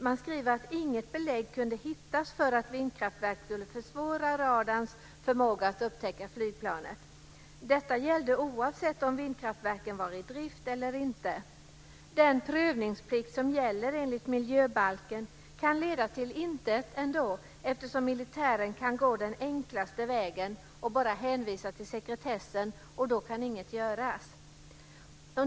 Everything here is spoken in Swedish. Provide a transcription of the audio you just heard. Man skriver att inget belägg kunde hittas för att vindkraftverk skulle försvåra radarns förmåga att upptäcka flygplanet. Detta gällde oavsett om vindkraftverken var i drift eller inte. Den prövningsplikt som gäller enligt miljöbalken kan leda till intet, eftersom militären kan gå den enklaste vägen och bara hänvisa till sekretessen, och då kan inget göras.